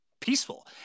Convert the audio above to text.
peaceful